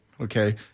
okay